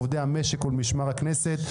לעובדי המשק ולמשמר הכנסת.